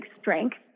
strength